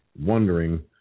wondering